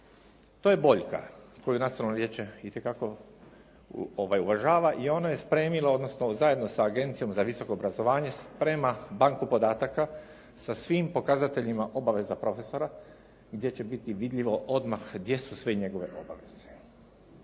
To je boljka koju nacionalno vijeće itekako uvažava. I ono je spremilo, odnosno zajedno sa agencijom za visoko obrazovanje sprema banku podataka sa svim pokazateljima obaveza profesora gdje će biti vidljivo odmah gdje su sve njegove obaveze.